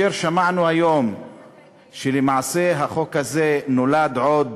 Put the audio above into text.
שמענו היום שלמעשה החוק הזה נולד עוד